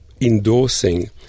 endorsing